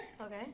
Okay